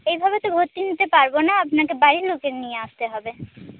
এইভাবে তো ভর্তি নিতে পারবো না আপনাকে বাড়ির লোকদের নিয়ে আসতে হবে